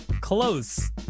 Close